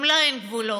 גם לה אין גבולות,